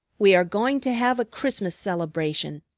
we are going to have a christmas celebration,